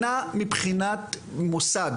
מבחינת מוסד,